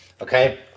okay